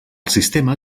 sistema